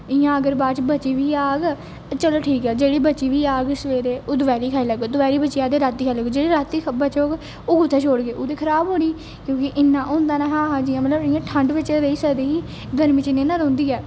इयां अगर बाद च बची बी जाह्ग चलो ठीक ऐ जेहड़ी बची बी जाह्ग सवेरे ओह् दपैहरी खाई लैगे जेहड़ी दपैहरी बची जाह्ग ते राती खाई लैगे जेहड़ी राती बचोग ओह् कुत्थै छोड़गे ओह् ते खराब़ होनी क्योंकि इयां होंदा नेई हा जियां मतलब इन्नी ठंड बिच रेही सकदी ही गर्मी च नी ना रौंहदी ऐ